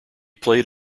played